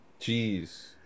Jeez